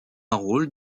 rôle